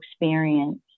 experience